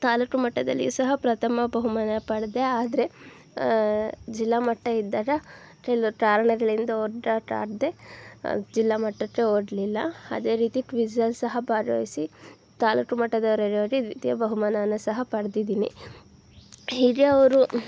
ತಾಲೂಕು ಮಟ್ಟದಲ್ಲಿಯೂ ಸಹ ಪ್ರಥಮ ಬಹುಮಾನ ಪಡೆದೆ ಆದರೆ ಜಿಲ್ಲಾಮಟ್ಟ ಇದ್ದಾಗ ಕೆಲವು ಕಾರಣಗಳಿಂದ ಆಗದೆ ಜಿಲ್ಲಾಮಟ್ಟಕ್ಕೆ ಹೋಗ್ಲಿಲ್ಲ ಅದೇ ರೀತಿ ಕ್ವಿಝಲ್ಲಿ ಸಹ ಭಾಗವಹಿಸಿ ತಾಲೂಕು ಮಟ್ಟದವರೆಗೆ ಹೋಗಿ ದ್ವಿತೀಯ ಬಹುಮಾನವನ್ನು ಸಹ ಪಡ್ದಿದ್ದೀನಿ ಹೀಗೆ ಅವರು